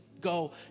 go